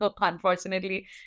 unfortunately